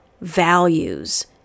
values